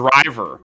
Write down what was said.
driver